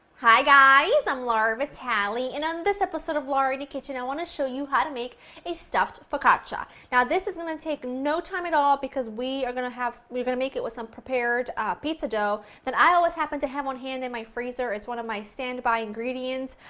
hi guys, i'm laura vitale and on this episode of laura in the kitchen i want to show you how to make a stuffed focaccia. now this is going to take no time at all because we are going to have we are going to make it with some prepared pizza dough that i always happen to have on hand in my freezer. it's one of my standby ingredients,